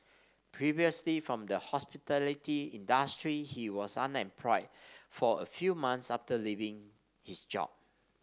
previously from the hospitality industry he was unemployed for a few months after leaving his job